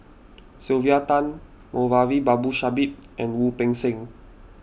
Sylvia Tan Moulavi Babu Sahib and Wu Peng Seng